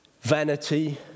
Vanity